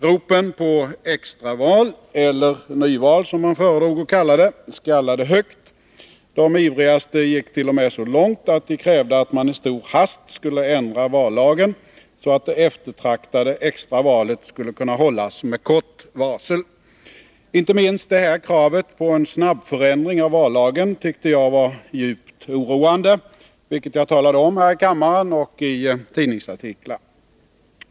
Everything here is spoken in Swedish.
Ropen på extra val — eller nyval, som man föredrog att kalla det — skallade högt. De ivrigaste gick t.o.m. så långt att de krävde att man i stor hast skulle ändra vallagen så att det eftertraktade extra valet skulle kunna hållas med kort varsel. Inte minst detta krav på en snabbförändring av vallagen tyckte jag var djupt oroande, vilket jag talade om här i kammaren och i tidningsartiklar.